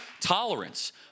tolerance